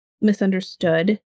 misunderstood